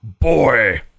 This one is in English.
Boy